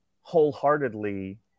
wholeheartedly